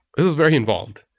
it is very involved,